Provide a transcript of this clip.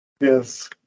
yes